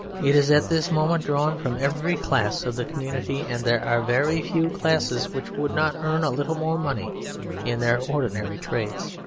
it is at this moment drawn from every class of the community, and there are very few classes which would not earn a little more money in their ordinary trades.